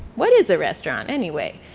what is a restaurant anyway?